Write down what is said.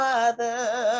Father